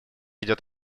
идет